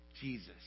Jesus